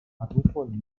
arrufo